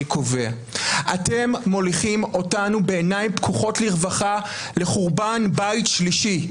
אתם מוליכים אותנו בעיניים פקוחות לרווחה לחורבן בית שלישי.